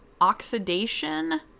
oxidation